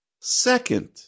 Second